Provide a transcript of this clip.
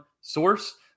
source